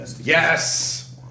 Yes